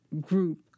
group